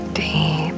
Deep